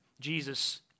Jesus